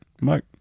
Mike